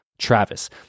Travis